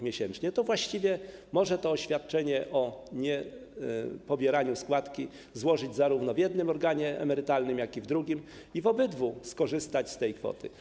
miesięcznie, to właściwie można oświadczenie o niepobieraniu składki złożyć zarówno w jednym organie emerytalnym, jak i w drugim, i w obydwu skorzystać z tej kwoty.